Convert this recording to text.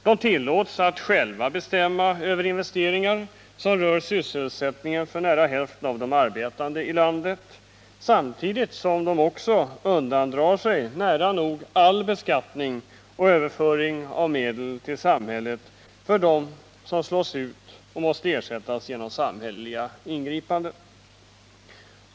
De tillåts att själva bestämma över investeringar som rör sysselsättningen för nära hälften av de arbetande i landet samtidigt som de också undandrar sig nära nog all beskattning och överföring av medel till samhället för dem som slås ut och måste ersättas genom samhälleliga ingripanden.